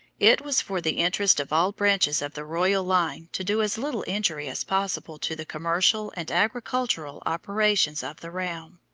it was for the interest of all branches of the royal line to do as little injury as possible to the commercial and agricultural operations of the realm.